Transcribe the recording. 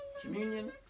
communion